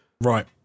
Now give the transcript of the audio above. Right